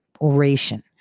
oration